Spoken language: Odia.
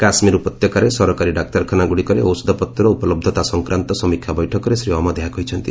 କାଶ୍ୱୀର ଉପତ୍ୟକାରେ ସରକାରୀ ଡାକ୍ତରଖାନାଗ୍ରଡ଼ିକରେ ଔଷଧପତ୍ର ଉପଲହ୍ଧତା ସଂକ୍ରାନ୍ତ ସମୀକ୍ଷା ବୈଠକରେ ଶ୍ରୀ ଅହମ୍ମଦ ଏହା କହିଛନ୍ତି